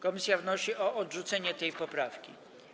Komisja wnosi o odrzucenie tej poprawki.